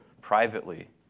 privately